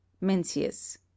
Mencius